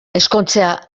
ezkontzea